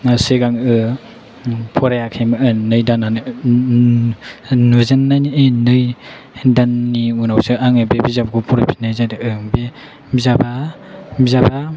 सिगाङाव फरायाखैमोन नुजेननायनि नै दाननि उनावसो आङो बे बिजाबखौ फरायफिननाय जादों बे बिजाबा